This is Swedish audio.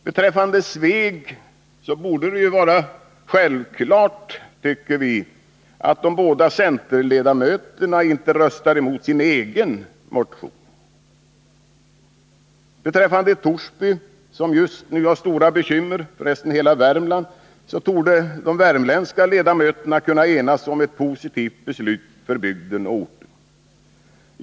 Beträffande Sveg borde det vara självklart, tycker vi, att de båda centerledamöterna inte röstar emot sin egen motion. Beträffande Torsby, som just nu har stora bekymmer, torde de värmländska ledamöterna kunna enas om ett positivt beslut för bygden och orten.